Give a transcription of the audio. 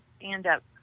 stand-up